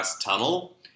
tunnel